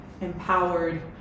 empowered